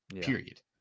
Period